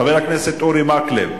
חבר הכנסת אורי מקלב,